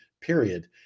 period